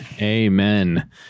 Amen